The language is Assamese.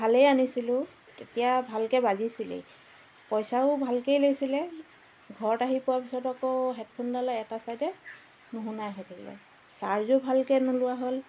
ভালেই আনিছিলোঁ তেতিয়া ভালকৈ বাজিছিলেই পইচাও ভালকেই লৈছিলে ঘৰত আহি পোৱা পিছত আকৌ হেডফোনডালে এটা ছাইদে নুশুনাই হৈ থাকিলে ছাৰ্জো ভালকৈ নোলোৱা হ'ল